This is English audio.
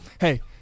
Hey